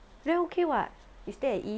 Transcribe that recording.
then okay [what] you stay at east